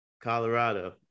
Colorado